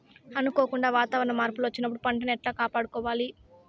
అనుకోకుండా వాతావరణ మార్పులు వచ్చినప్పుడు పంటను ఎట్లా కాపాడుకోవాల్ల?